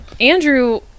Andrew